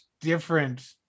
Different